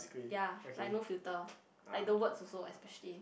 ya like no filter like the words also especially